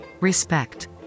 Respect